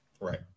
Right